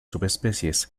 subespecies